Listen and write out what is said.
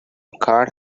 card